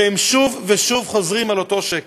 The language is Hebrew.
והם שוב ושוב חוזרים על אותו שקר.